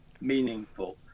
meaningful